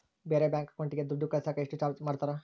ಬೇರೆ ಬ್ಯಾಂಕ್ ಅಕೌಂಟಿಗೆ ದುಡ್ಡು ಕಳಸಾಕ ಎಷ್ಟು ಚಾರ್ಜ್ ಮಾಡತಾರ?